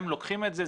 הם לוקחים את זה.